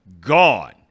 gone